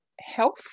health